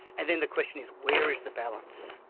and then the question is where is the balance?